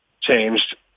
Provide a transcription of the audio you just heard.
changed